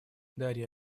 дарья